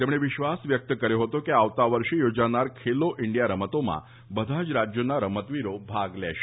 તેમણે વિશ્વાસ વ્યક્ત કર્યો હતો કે આવતા વર્ષે યોજાનાર ખેલો ઈન્ડિયા રમતોમાં બધા જ રાજ્યોના રમતવીરો ભાગ લેશે